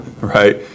right